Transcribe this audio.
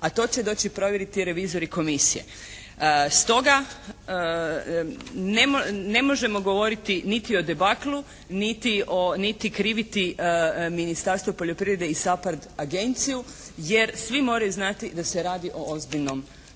a to će doći provjeriti revizori i komisija. Stoga, ne možemo govoriti niti o debaklu niti kriviti Ministarstvo poljoprivrede i SAPARD agenciju jer svi moraju znati da se radi o ozbiljnom poslu.